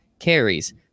Carries